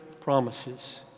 promises